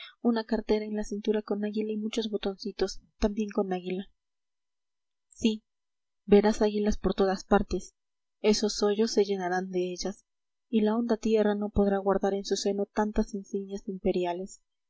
una cartera en la cintura con águila y muchos botoncitos también con águila sí verás águilas por todas partes esos hoyos se llenarán de ellas y la honda tierra no podrá guardar en su seno tantas insignias imperiales